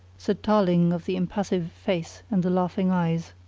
said tarling of the impassive face and the laughing eyes.